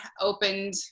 opened